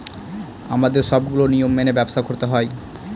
আমাদের সবগুলো নিয়ম মেনে ব্যবসা করতে হয়